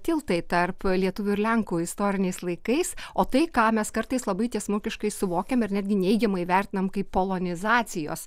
tiltai tarp lietuvių ir lenkų istoriniais laikais o tai ką mes kartais labai tiesmukiškai suvokiam ir netgi neigiamai vertinam kaip polonizacijos